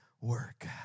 work